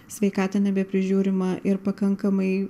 sveikata nebeprižiūrima ir pakankamai